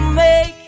make